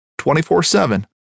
24-7